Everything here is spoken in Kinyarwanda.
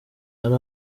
ari